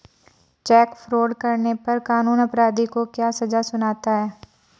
Check fraud करने पर कानून अपराधी को क्या सजा सुनाता है?